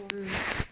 mm